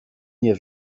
nie